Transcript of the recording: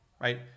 right